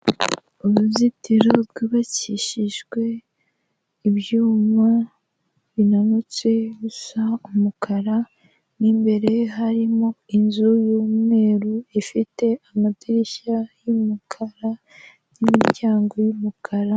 Uruzitiro rwubakishijwe ibyuma binanutse bisa umukara, nimbere harimo inzu y'umweru ifite amadirishya y'umukara n'imiryango y'umukara.